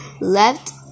left